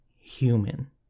human